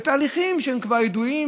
בתהליכים שהם כבר ידועים,